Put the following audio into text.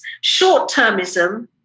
short-termism